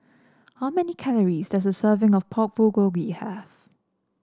how many calories does a serving of Pork Bulgogi have